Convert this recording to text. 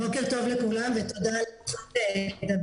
בוקר טוב לכולם ותודה על הזכות לדבר.